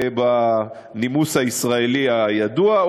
בנימוס הישראלי הידוע,